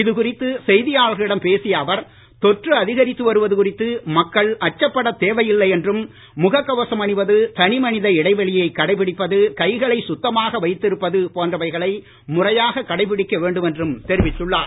இது குறித்து செய்தியாளர்களிடம் பேசிய அவர் தொற்று அதிகரித்து வருவது குறித்து மக்கள் அச்சப்படத் தேவையில்லை என்றும் முகக் கவசம் அணிவது தனிமனித இடைவெளியை கடைபிடிப்பது கைகளை சுத்தமாக வைத்திருப்பது போன்றவைகளை முறையாக கடைபிடிக்க வேண்டும் என்றும் தெரிவித்தார்